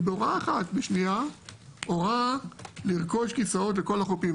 ובהוראה אחת הורה לרכוש כיסאות לכל החופים.